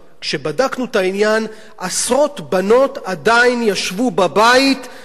עשרות בנות עדיין ישבו בבית ולא יכלו להתקבל לבתי-הספר